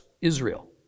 Israel